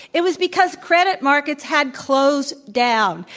it was because credit markets had closed down.